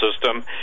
system